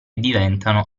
diventano